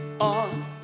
on